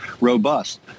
robust